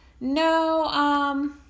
No